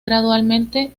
gradualmente